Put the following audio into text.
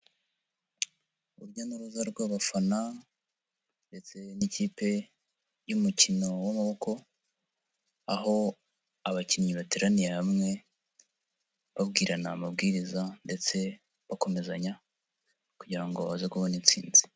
Urujya n'uruza rw'abafana ndetse n'ikipe y'umukino w'amaboko aho abakinnyi bateraniye hamwe, babwirana amabwiriza ndetse bakomezanya kugira ngo baze kubona intsinzi.